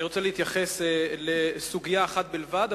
אני רוצה להתייחס לסוגיה אחת בלבד,